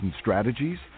strategies